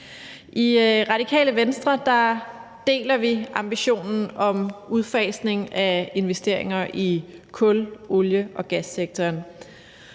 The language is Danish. I Radikale Venstre deler vi ambitionen om udfasning af investeringer i kul-, olie- og gassektoren.